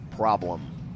problem